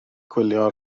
gwylio